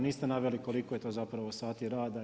Niste naveli koliko je to zapravo sati rada.